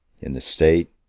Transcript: in the state,